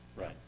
Right